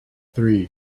three